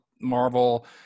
Marvel